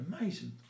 amazing